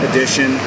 Edition